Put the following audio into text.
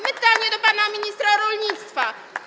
Pytanie do pana ministra rolnictwa.